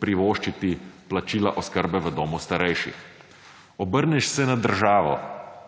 privoščiti plačila oskrbe v domu starejših. Obrneš se na državo,